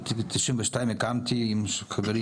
ב-92 הקמתי עם חברים,